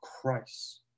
Christ